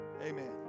Amen